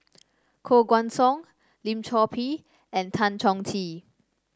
Koh Guan Song Lim Chor Pee and Tan Chong Tee